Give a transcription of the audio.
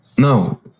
No